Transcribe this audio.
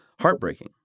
heartbreaking